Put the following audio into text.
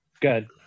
good